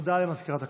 הודעה למזכירת הכנסת.